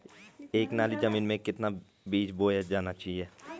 एक नाली जमीन में कितना बीज बोया जाना चाहिए?